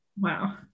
wow